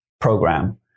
program